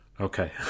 Okay